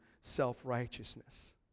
self-righteousness